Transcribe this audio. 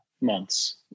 months